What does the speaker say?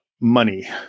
money